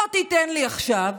לא תיתן לי עכשיו,